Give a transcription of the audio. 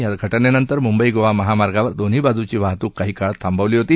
या घ जिनंतर मुंबई गोवा महामार्गावर दोन्ही बाजूंची वाहतूक काही काळ थांबवली होती